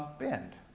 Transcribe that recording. bend.